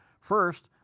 First